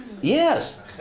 Yes